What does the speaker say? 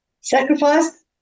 sacrifice